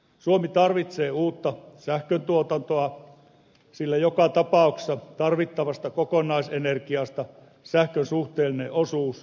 suomi tarvitsee uutta sähköntuotantoa sillä joka tapauksessa tarvittavasta kokonaisenergiasta sähkön suhteellinen osuus tulee kasvamaan